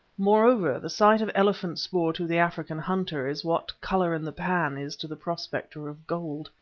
moreover, the sight of elephant spoor to the african hunter is what colour in the pan is to the prospector of gold.